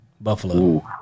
Buffalo